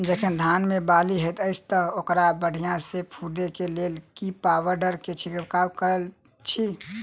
जखन धान मे बाली हएत अछि तऽ ओकरा बढ़िया सँ फूटै केँ लेल केँ पावडर केँ छिरकाव करऽ छी?